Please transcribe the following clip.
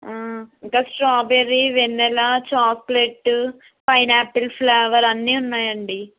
ఇంకా strawberry vanilla chocolate pineapple flavour అన్నీ ఉన్నాయి అండి